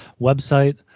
website